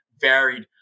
varied